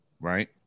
Right